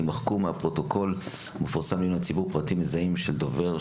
יימחקו מהפרוטוקול המפורסם לציבור פרטים מזהים של דובר,